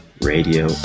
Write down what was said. radio